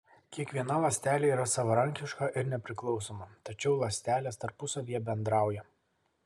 kiekviena ląstelė yra savarankiška ir nepriklausoma tačiau ląstelės tarpusavyje bendrauja